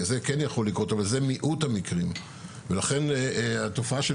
זה כן יכול לקרות אבל זה מיעוט המקרים ולכן התופעה של